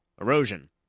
Erosion